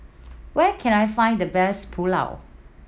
where can I find the best Pulao